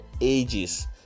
ages